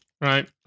Right